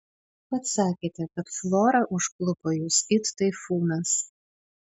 pats sakėte kad flora užklupo jus it taifūnas